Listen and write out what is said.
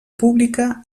pública